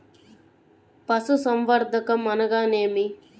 పశుసంవర్ధకం అనగానేమి?